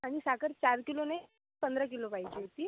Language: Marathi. आणि साखर चार किलो नाही पंधरा किलो पाहिजे होती